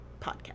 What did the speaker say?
podcast